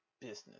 business